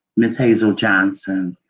miss hazel johnson,